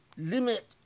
limit